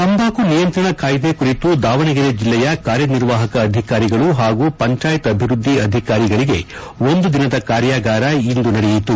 ತಂಬಾಕು ನಿಯಂತ್ರಣ ಕಾಯಿದೆ ಕುರಿತು ದಾವಣಗೆರೆ ಜಿಲ್ಲೆಯ ಕಾರ್ಯನಿರ್ವಾಹಕ ಅಧಿಕಾರಿಗಳು ಹಾಗೂ ಪಂಚಾಯತ್ ಅಭಿವೃದ್ದಿ ಅಧಿಕಾರಿಗಳಿಗೆ ಒಂದು ದಿನದ ಕಾರ್ಯಾಗಾರ ಇಂದು ನಡೆಯಿತು